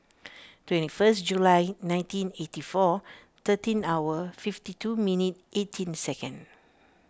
twenty one July nineteen eighty four thirteen hour fifty two minute eighteen second